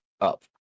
up